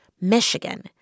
Michigan